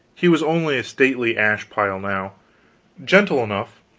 he was only a stately ash-pile now gentle enough,